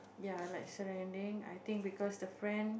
ya like surrendering I think because I think the friend